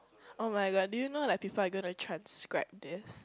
[oh]-my-god do you know like people are gonna to transcribe this